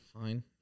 Fine